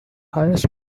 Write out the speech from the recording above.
highest